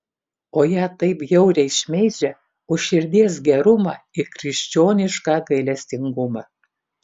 o ją taip bjauriai šmeižia už širdies gerumą ir krikščionišką gailestingumą